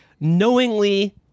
knowingly